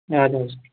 ہے اَدٕ حظ